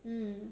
mm